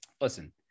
listen